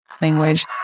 Language